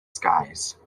skies